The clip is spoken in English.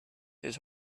his